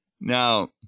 Now